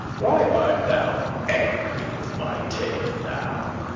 why art thou angry with my tale now?